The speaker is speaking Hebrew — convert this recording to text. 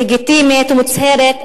לגיטימית ומוצהרת,